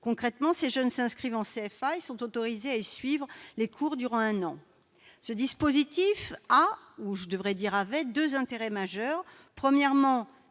Concrètement, ces jeunes s'inscrivent en CFA et sont autorisés à y suivre les cours durant un an. Ce dispositif a - ou avait !- deux intérêts majeurs. Premièrement,